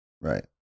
Right